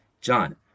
John